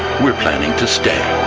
we're planning to stay.